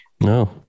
No